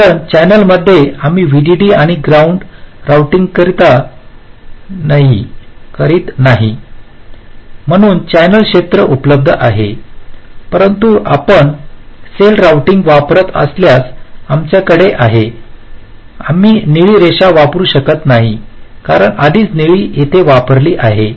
कारण चॅनेलमध्ये आम्ही व्हीडीडी आणि ग्राउंड रोऊटिंग करीत नाही म्हणून चॅनेल क्षेत्र उपलब्ध आहे परंतु आपण सेल रोऊटिंग वापरत असल्यास आमच्याकडे आहे आम्ही निळी रेषा वापरू शकत नाही कारण आधीच निळा येथे वापरला आहे